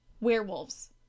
werewolves